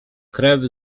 krew